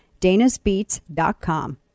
danasbeats.com